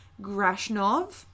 Grashnov